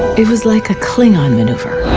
it was like a klingon maneuver.